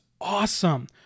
Awesome